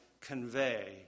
convey